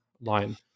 line